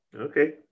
Okay